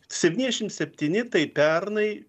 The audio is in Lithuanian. septyniasdešimt septyni tai pernai